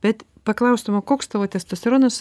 bet paklaustum o koks tavo testosteronas